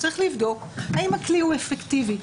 צריך לבדוק האם הכלי הוא אפקטיבי.